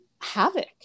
havoc